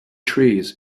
trees